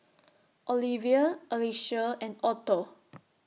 Olevia Alycia and Otto